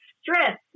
stress